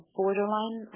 borderline